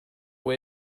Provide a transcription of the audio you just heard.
have